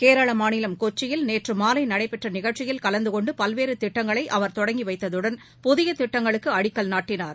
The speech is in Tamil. கேரளமாநிலம் கொச்சியில் நேற்றுமாலைநடைபெற்றநிகழ்ச்சியில் கலந்துகொண்டுபல்வேறுதிட்டங்களைஅவர் தொடங்கிவைத்ததுடன் புதியதிட்டங்களுக்குஅடிக்கல் நாட்டினார்